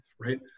right